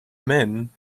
men